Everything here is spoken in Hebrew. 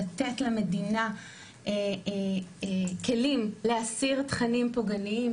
לתת למדינה כלים להסיר תכנים פוגעניים.